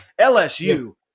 LSU